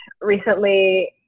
recently